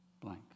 blank